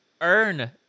earn